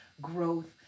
growth